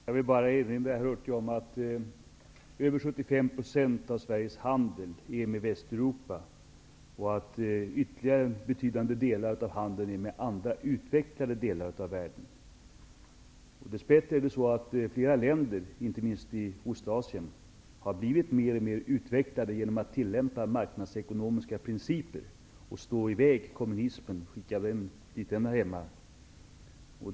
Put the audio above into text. Herr talman! Jag vill bara erinra herr Hurtig om att över 75 % av Sveriges handel sker med Västeuropa och att ytterligare betydande delar av handeln sker med andra utvecklade delar av världen. Dess bättre har flera länder, inte minst i Östasien, blivit mer och mer utvecklade genom att tillämpa marknadsekonomiska principer och skicka i väg kommunismen dit där den hör hemma.